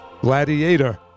Gladiator